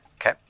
Okay